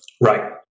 Right